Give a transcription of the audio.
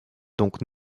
donc